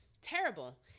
terrible